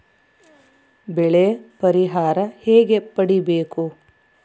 ಬೆಳೆ ಪರಿಹಾರ ಹೇಗೆ ಪಡಿಬೇಕು?